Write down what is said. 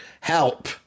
Help